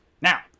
Now